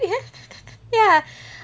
ya ya